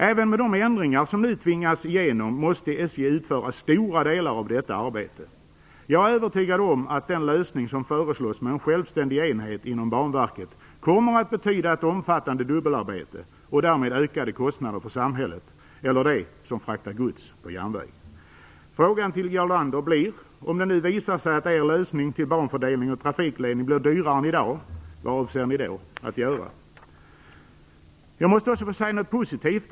Även med de ändringar som nu tvingas igenom måste SJ utföra stora delar av detta arbete. Jag är övertygad om att den lösning som föreslås, med en självständig enhet inom Banverket, kommer att betyda ett omfattande dubbelarbete och därmed ökade kostnader för samhället eller för dem som fraktar gods på järnväg. Frågan till Jarl Lander blir följande: Vad avser ni att göra om det visar sig att er lösning till banfördelning och trafikledning blir dyrare än i dag? Jag måste också få säga något positivt.